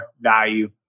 value